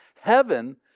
heaven